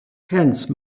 hence